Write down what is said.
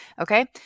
Okay